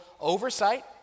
oversight